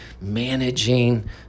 managing